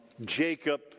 Jacob